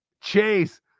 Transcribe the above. Chase